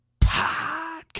Podcast